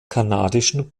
kanadischen